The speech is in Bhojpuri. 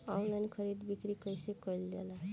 आनलाइन खरीद बिक्री कइसे कइल जाला?